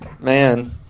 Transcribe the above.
Man